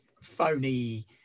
phony